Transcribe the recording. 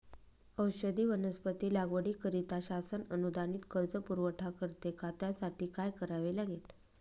औषधी वनस्पती लागवडीकरिता शासन अनुदानित कर्ज पुरवठा करते का? त्यासाठी काय करावे लागेल?